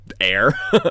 air